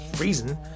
reason